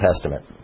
Testament